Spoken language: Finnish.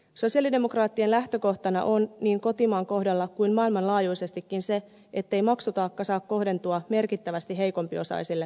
sosialidemokraattien lähtökohtana on niin kotimaan kohdalla kuin maailmanlaajuisestikin se ettei maksutaakka saa kohdentua merkittävästi heikompiosaiselle kansalle